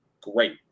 great